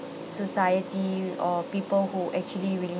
society or people who actually really